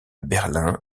berlin